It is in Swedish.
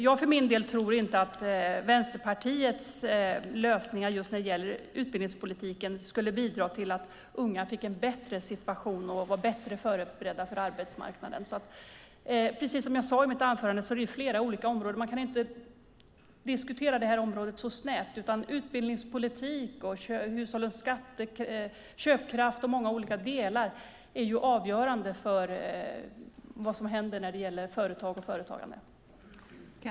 Jag för min del tror inte att Vänsterpartiets lösningar i utbildningspolitiken skulle bidra till att unga fick en bättre situation och var bättre förberedda för arbetsmarknaden. Precis som jag sade i mitt anförande kan man inte diskutera detta område så snävt. Utbildningspolitik, hushållens köpkraft och många olika delar är avgörande för vad som händer när det gäller företag och företagande.